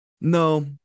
No